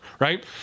right